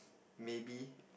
maybe